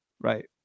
right